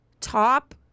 top